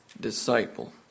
disciple